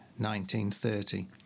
1930